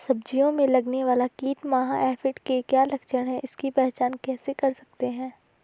सब्जियों में लगने वाला कीट माह एफिड के क्या लक्षण हैं इसकी पहचान कैसे कर सकते हैं?